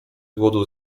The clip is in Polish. głodu